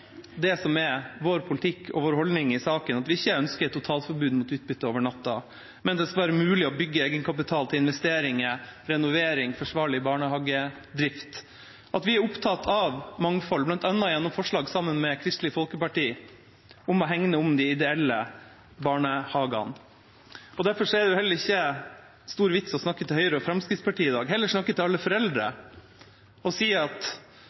det som er vår politikk og vår holdning i saken: at vi ikke over natta ønsker et totalforbud mot utbytte, men at det skal være mulig å bygge egenkapital til investeringer, renovering og forsvarlig barnehagedrift, og at vi er opptatt av mangfold, bl.a. gjennom forslag sammen med Kristelig Folkeparti om å hegne om de ideelle barnehagene. Derfor er det heller ikke stor vits i å snakke til Høyre og Fremskrittspartiet i dag. Da vil jeg heller snakke til alle foreldre og si at